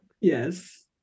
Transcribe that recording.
yes